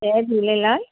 Jay Jhulelal